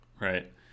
Right